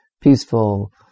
peaceful